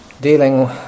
dealing